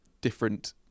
different